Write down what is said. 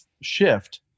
shift